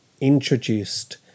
introduced